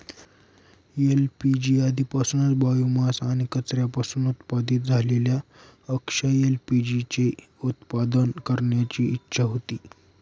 LPG आधीपासूनच biomass आणि कचऱ्यापासून उत्पादित झालेल्या अक्षय एल.पी.जी चे उत्पादन करण्याची इच्छा होती